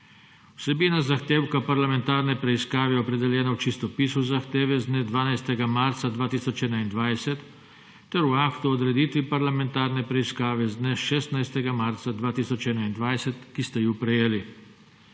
Vsebina zahtevka parlamentarne preiskave je opredeljena v čistopisu zahteve z dne 12. marca 2021 ter v Aktu o odreditvi parlamentarne preiskave z dne 16. marca 2021, ki ste ju prejeli.